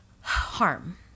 harm